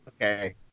Okay